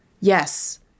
Yes